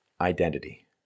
identity